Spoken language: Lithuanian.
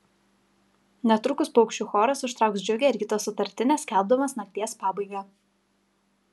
netrukus paukščių choras užtrauks džiugią ryto sutartinę skelbdamas nakties pabaigą